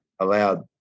allowed